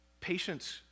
patience